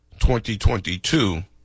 2022